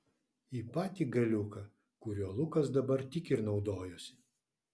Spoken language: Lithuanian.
į patį galiuką kuriuo lukas dabar tik ir naudojosi